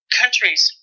countries